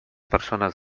persones